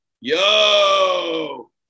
Yo